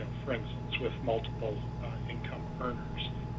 for instance with multiple income earners.